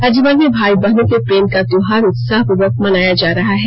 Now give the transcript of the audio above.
राज्य भर में भाई बहनों के प्रेम का त्योहार उत्साहपूर्वक मनाया जा रहा है